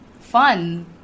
fun